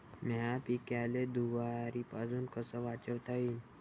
माह्या पिकाले धुयारीपासुन कस वाचवता येईन?